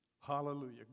Hallelujah